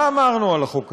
מה אמרנו על החוק הזה?